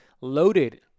loaded